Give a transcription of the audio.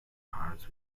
parts